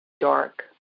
dark